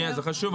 זה חשוב.